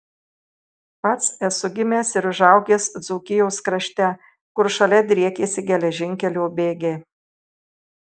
pats esu gimęs ir užaugęs dzūkijos krašte kur šalia driekėsi geležinkelio bėgiai